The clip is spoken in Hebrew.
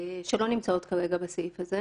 שלא נמצאות כרגע בסעיף הזה.